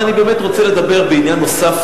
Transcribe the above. אבל אני באמת רוצה לדבר בעניין נוסף,